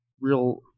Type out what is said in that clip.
real